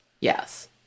Yes